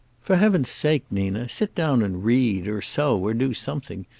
for heaven's sake, nina, sit down and read or sew, or do something.